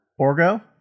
Orgo